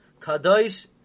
kadosh